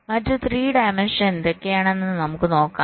മറ്റ് 3 ഡയമെൻഷൻ എന്തൊക്കെയാണ് എന്ന് നമുക്ക് നോക്കാം